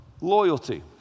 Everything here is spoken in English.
Loyalty